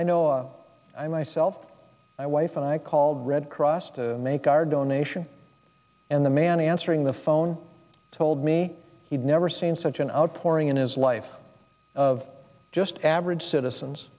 i know i myself my wife and i called red cross to make our donation and the man answering the phone told me he'd never seen such an outpouring in his life of just average citizens